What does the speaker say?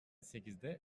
sekizde